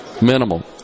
minimal